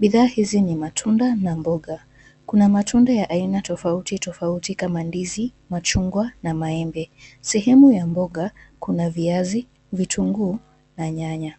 Bidhaa hizi ni matunda na mboga. Kuna matunda ya aina tofauti tofauti kama ndizi, machungwa na maembe. Sehemu ya mboga kuna viazi, vitunguu na nyanya.